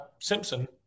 Simpson